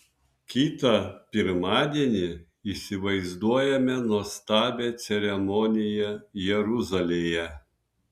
kitą pirmadienį įsivaizduojame nuostabią ceremoniją jeruzalėje